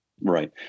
Right